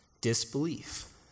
disbelief